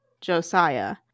Josiah